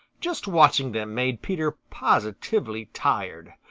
just watching them made peter positively tired.